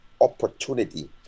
opportunity